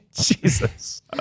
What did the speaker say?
Jesus